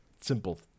simple